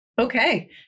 Okay